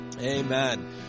Amen